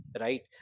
right